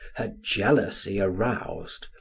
her jealousy aroused,